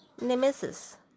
Nemesis